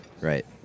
Right